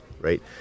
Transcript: right